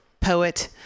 poet